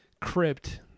crypt